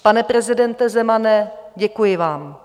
Pane prezidente Zemane, děkuji vám.